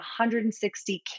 160